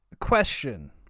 question